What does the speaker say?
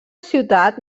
ciutat